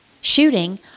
shooting